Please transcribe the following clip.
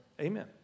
Amen